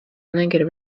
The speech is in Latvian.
negrib